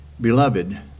Beloved